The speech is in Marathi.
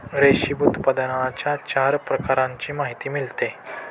रेशीम उत्पादनाच्या चार प्रकारांची माहिती मिळते